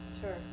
sure